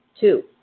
Two